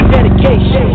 Dedication